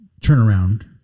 Turnaround